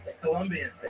Colombian